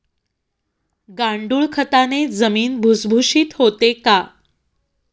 गांडूळ खताने जमीन भुसभुशीत होते का?